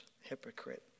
hypocrite